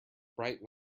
bright